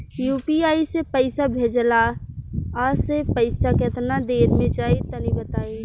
UPI से पईसा भेजलाऽ से पईसा केतना देर मे जाई तनि बताई?